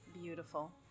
beautiful